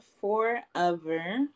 forever